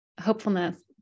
hopefulness